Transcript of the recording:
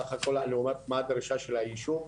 סך הכל לעומת מה הדרישה של הישוב,